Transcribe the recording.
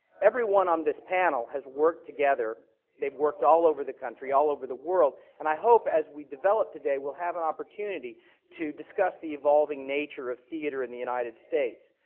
everyone on this panel has worked together they've worked all over the country, all over the world. and i hope, as we develop today, we'll have an opportunity to discuss the evolving nature of theatre in the united states.